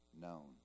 known